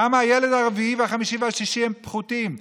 למה הילד הרביעי והחמישי והשישי הם פחותים?